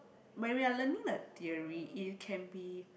but we are learning like theory it can be